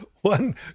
One